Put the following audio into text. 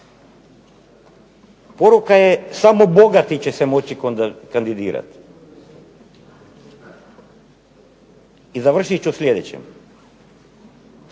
Poruka je, samo bogati će se moći kandidirati. I završit ću sljedeće,